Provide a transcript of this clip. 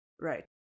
Right